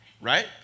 right